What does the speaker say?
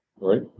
right